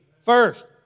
First